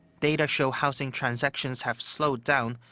data show housing transactions have slowed down,